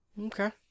Okay